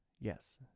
yes